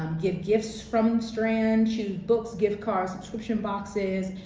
um give gifts from strand, choose books, gift cards, subscription boxes,